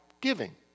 giving